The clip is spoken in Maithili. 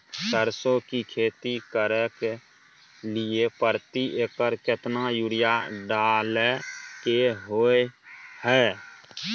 सरसो की खेती करे के लिये प्रति एकर केतना यूरिया डालय के होय हय?